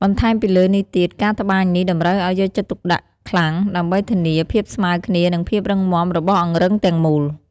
បន្ថែមពីលើនេះទៀត ការត្បាញនេះតម្រូវឲ្យយកចិត្តទុកដាក់ខ្លាំង ដើម្បីធានាភាពស្មើគ្នា និងភាពរឹងមាំរបស់អង្រឹងទាំងមូល។